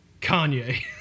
Kanye